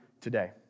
today